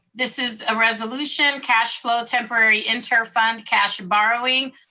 this is a resolution cash flow temporary interfund cash borrowing.